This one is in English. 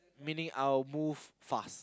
meaning I will move fast